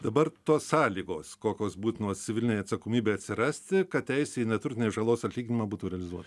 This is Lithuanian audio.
dabar tos sąlygos kokios būtinos civilinei atsakomybei atsirasti kad teisė į neturtinės žalos atlyginimą būtų realizuota